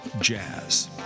jazz